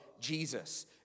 Jesus